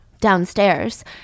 downstairs